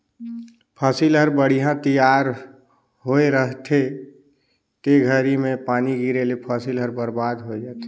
फसिल हर बड़िहा तइयार होए रहथे ते घरी में पानी गिरे ले फसिल हर बरबाद होय जाथे